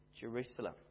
Jerusalem